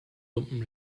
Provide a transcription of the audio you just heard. lumpen